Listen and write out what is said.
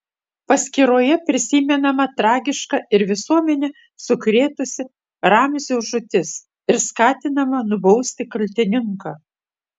paskyroje prisimenama tragiška ir visuomenę sukrėtusi ramzio žūtis ir skatinama nubausti kaltininką